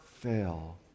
fail